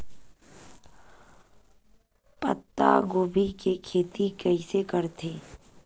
पत्तागोभी के खेती कइसे करथे?